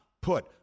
put